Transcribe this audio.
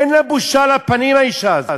אין לה בושה לפנים, האישה הזאת.